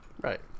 Right